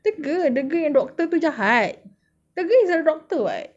the girl the girl yang doctor tu jahat the girl is a doctor [what]